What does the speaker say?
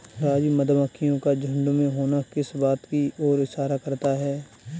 राजू मधुमक्खियों का झुंड में होना किस बात की ओर इशारा करता है?